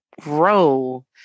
grow